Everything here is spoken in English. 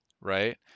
right